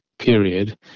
Period